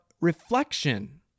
reflection